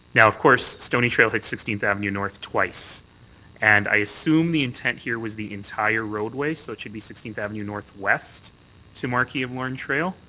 yeah of course stoney trail hits sixteenth avenue north twice and i assume the intent here was the entire roadway, so it should be sixteenth avenue northwest to marquis of lorne trail,